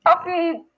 Okay